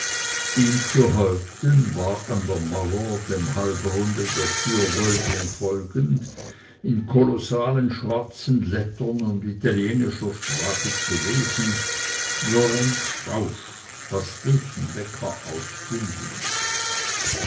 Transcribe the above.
ihm zu häupten war an der mauer dem halbrunde der türwölbung folgend in kolossalen schwarzen lettern und italienischer sprache zu lesen lorenz fausch